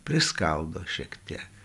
priskaldo šiek tiek